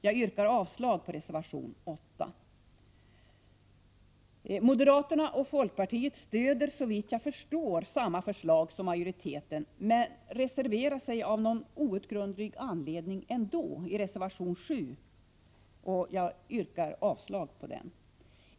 Jag yrkar avslag på reservation 8. Moderaterna och folkpartiet stöder såvitt jag förstår samma förslag som majoriteten, men de har av någon outgrundlig anledning ändå till betänkandet fogat en reservation — nr 7 — vilken jag yrkar avslag på.